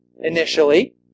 initially